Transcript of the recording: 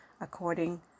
according